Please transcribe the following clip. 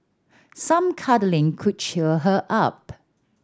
some cuddling could cheer her up